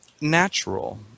natural